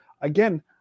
again